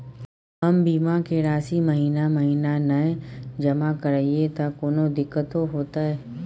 हम बीमा के राशि महीना महीना नय जमा करिए त कोनो दिक्कतों होतय?